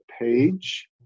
page